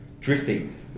drifting